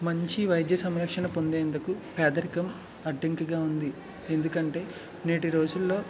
మంచి వైద్య సంరక్షణ పొందేందుకు పేదరికం అడ్డంకిగా ఉంది ఎందుకంటే నేటి రోజుల్లో